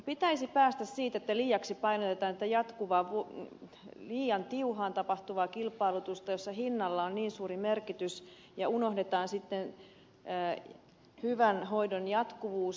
pitäisi päästä siitä että liiaksi painotetaan jatkuvaa liian tiuhaan tapahtuvaa kilpailutusta jossa hinnalla on niin suuri merkitys ja unohdetaan sitten hyvän hoidon jatkuvuus